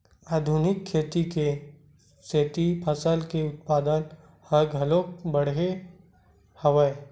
आधुनिक खेती के सेती फसल के उत्पादन ह घलोक बाड़गे हवय